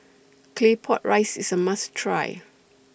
Claypot Rice IS A must Try